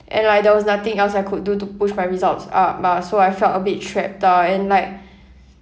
and like there was nothing else I could do to push my results up ah so I felt a bit trapped ah and like